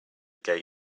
gay